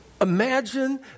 Imagine